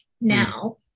now